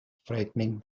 frightening